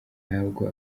ntabwo